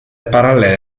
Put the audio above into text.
parallele